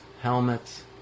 helmets